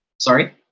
Sorry